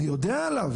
אני יודע עליו.